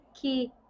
key